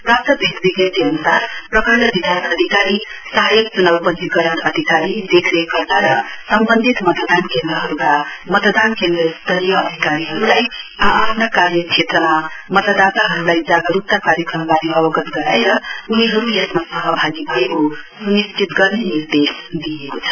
प्राप्त प्रेस विज्ञप्ती अनुसार प्रखण्ड विकास अधिकारी सहायक चुनाउ पञ्जीकरण अधिकारी देखरेख कर्ता र सम्वन्धित मतदान केन्द्रहरूका मतदान केन्द्र स्तरीय अधिकारीहरूलाई आ आफ्ना कार्यक्षेत्र मतदाताहरूलाई जागरूकता कार्यक्रमबारे अवगत गराएर उनीहरू यसमा सहभागी भएको स्निश्चित गर्ने निर्देश दिइएको छ